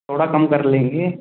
थोड़ा कम कर लेंगे